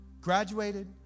graduated